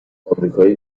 آمریکایی